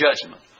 judgment